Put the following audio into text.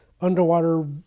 underwater